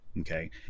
okay